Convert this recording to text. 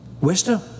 wisdom